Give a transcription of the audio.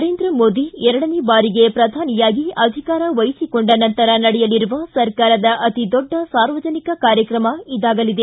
ನರೇಂದ್ರ ಮೋದಿ ಎರಡನೇ ಬಾರಿಗೆ ಪ್ರಧಾನಿಯಾಗಿ ಅಧಿಕಾರ ವಹಿಸಿಕೊಂಡ ನಂತರ ನಡೆಯಲಿರುವ ಸರ್ಕಾರದ ಅತಿದೊಡ್ಡ ಸಾರ್ವಜನಿಕ ಕಾರ್ಯಕ್ರಮ ಇದಾಗಲಿದೆ